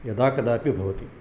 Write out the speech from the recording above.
यदाकदापि भवति